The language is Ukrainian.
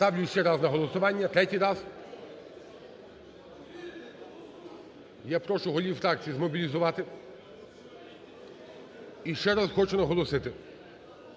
Ставлю ще раз на голосування, третій раз, я прошу голів фракцій змоблізувати, і ще раз хочу наголосити: